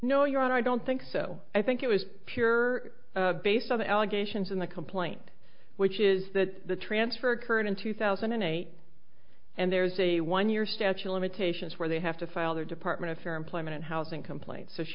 honor i don't think so i think it was pure based on the allegations in the complaint which is that the transfer occurred in two thousand and eight and there's a one year statute of limitations where they have to file their department a fair employment housing complaint so she